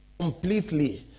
completely